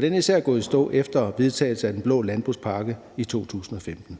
Den er især gået i stå efter vedtagelsen af den blå landbrugspakke i 2015.